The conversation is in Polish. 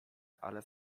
ale